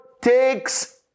takes